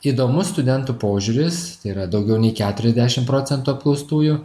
įdomus studentų požiūris yra daugiau nei keturiasdešimt procentų apklaustųjų